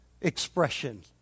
expression